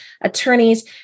attorneys